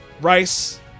Rice